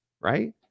Right